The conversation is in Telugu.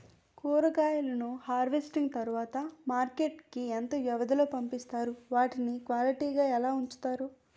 కూరగాయలను హార్వెస్టింగ్ తర్వాత మార్కెట్ కి ఇంత వ్యవది లొ పంపిస్తారు? వాటిని క్వాలిటీ గా ఎలా వుంచుతారు?